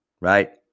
right